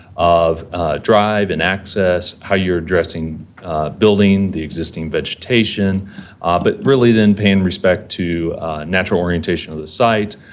of drive and access how you're addressing building the existing vegetation. ah but really, then, paying respect to natural orientation of the site,